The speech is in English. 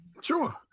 Sure